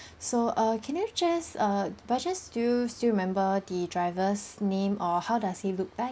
so err can you just err just do still remember the driver's name or how does he look like